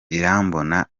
irambona